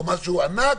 או משהו ענק,